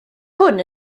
hwn